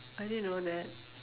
I didn't know that